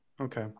Okay